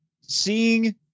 seeing